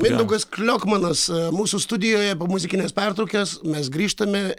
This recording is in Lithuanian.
mindaugas kliokmanas mūsų studijoje po muzikinės pertraukės mes grįžtame